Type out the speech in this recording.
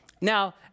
Now